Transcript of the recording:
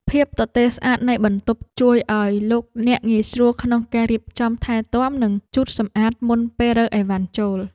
ភាពទទេរស្អាតនៃបន្ទប់ជួយឱ្យលោកអ្នកងាយស្រួលក្នុងការរៀបចំថែទាំនិងជូតសម្អាតមុនពេលរើអីវ៉ាន់ចូល។